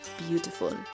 beautiful